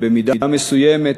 ובמידה מסוימת,